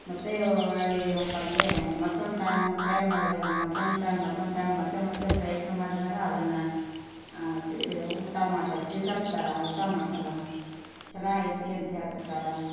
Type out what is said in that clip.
ಮತ್ತು ಒಳ್ಳಿಯ ಏನಪ್ಪಾ ಅಂದರೆ ಮತ್ತೊಂದು ಟೈಮ್ ಟ್ರೈ ಮಾಡಿದಾಗ ಮತ್ತೊಂದು ಟೈಮ್ ಮತ್ತೊಂದು ಟೈಮ್ ಮತ್ತೆ ಮತ್ತೆ ಪ್ರಯತ್ನ ಮಾಡಿದಾಗ ಅದನ್ನ ಸ್ವೀ ಊಟ ಮಾಡ್ತಾರ ಸ್ವೀಕರಿಸ್ತಾರ ಊಟ ಮಾಡ್ತಾರ ಚೆನಾಗ್ ಐತಿ ಅಂತ ಹೇಳ್ತಿರ್ತಾರ